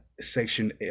Section